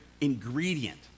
ingredient